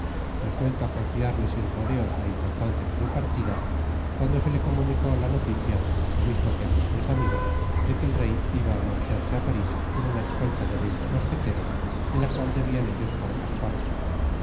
resucito á confiarte sin rodeos la importancia de su partida cuando se le comunicó la noticia lo mistto que á sus tres amigos deque el rey iba á marcharse á paris con una escolta de veinte mosqueteros d e la cual debian ellos formar parte